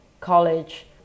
college